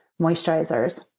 moisturizers